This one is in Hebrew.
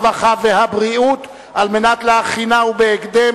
הרווחה והבריאות נתקבלה.